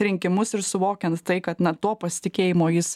rinkimus ir suvokiant tai kad nuo to pasitikėjimo jis